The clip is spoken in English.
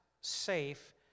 safe